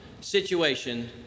situation